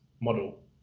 model